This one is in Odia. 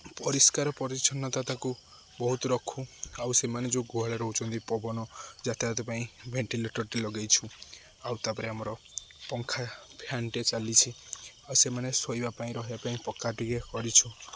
ପରିଷ୍କାର ପରିଚ୍ଛନ୍ନତାକୁ ବହୁତ ରଖୁ ଆଉ ସେମାନେ ଯେଉଁ ଗୁହାଳରେ ରହୁଛନ୍ତି ପବନ ଯାତାୟାତ ପାଇଁ ଭେଣ୍ଟିଲେଟର୍ଟିଏ ଲଗାଇଛୁ ଆଉ ତା'ପରେ ଆମର ପଙ୍ଖା ଫ୍ୟାନ୍ଟେ ଚାଲିଛି ଆଉ ସେମାନେ ଶୋଇବା ପାଇଁ ରହିବା ପାଇଁ ପକ୍କା ଟିକିଏ କରିଛୁ